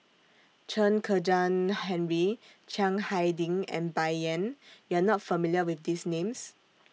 Chen Kezhan Henri Chiang Hai Ding and Bai Yan YOU Are not familiar with These Names